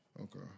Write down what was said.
Okay